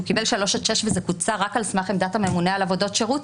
שהוא קיבל שלוש עד שש וזה קוצר רק על סמך עמדת הממונה על עבודות שירות,